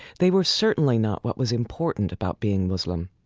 they were certainly not what was important about being muslim.